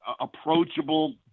approachable